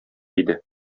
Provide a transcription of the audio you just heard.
иде